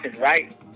right